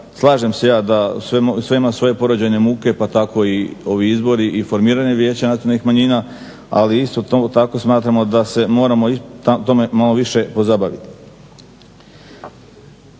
slažem se ja da sve ima svoje porođajne muke pa tako i ovi izbori i formiranje Vijeća nacionalnih manjina. Ali isto tako smatramo da se moramo time malo više pozabaviti.